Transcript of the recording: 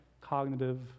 cognitive